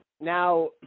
Now